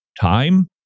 time